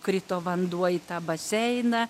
krito vanduo į tą baseiną